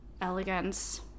Elegance